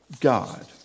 God